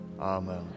Amen